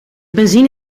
benzine